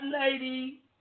lady